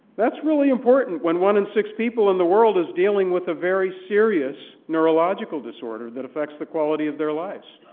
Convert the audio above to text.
that's really important when one in six people in the world is dealing with a very serious neurological disorder that affects the quality of their lives.